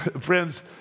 friends